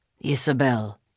Isabel